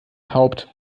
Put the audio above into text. haupt